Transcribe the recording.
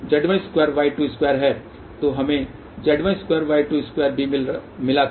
तो हमें Z12Y22 भी मिला था